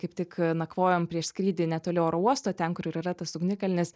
kaip tik a nakvojom prieš skrydį netoli oro uosto ten kur ir yra tas ugnikalnis